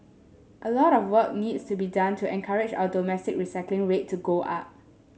a lot of work needs to be done to encourage our domestic recycling rate to go up